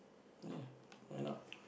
ya why not